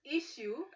issue